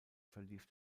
verlief